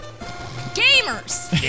Gamers